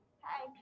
Hi